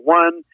one